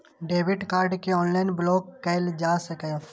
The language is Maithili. डेबिट कार्ड कें ऑनलाइन ब्लॉक कैल जा सकैए